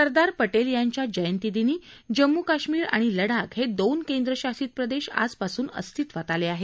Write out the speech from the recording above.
सरदार पटेल यांच्या जयंतीदिनी जम्मू काश्मीर आणि लडाख हे दोन केंद्र शासित प्रदेश आजपासून अस्तित्वात आले आहेत